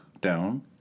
down